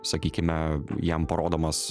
sakykime jam parodomas